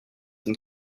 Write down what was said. than